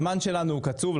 הזמן שלנו קצוב.